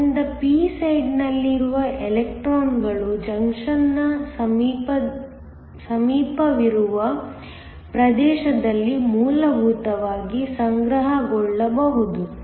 ಆದ್ದರಿಂದ p ಸೈಡ್ನಲ್ಲಿರುವ ಎಲೆಕ್ಟ್ರಾನ್ಗಳು ಜಂಕ್ಷನ್ ನ ಸಮೀಪವಿರುವ ಪ್ರದೇಶದಲ್ಲಿ ಮೂಲಭೂತವಾಗಿ ಸಂಗ್ರಹಗೊಳ್ಳಬಹುದು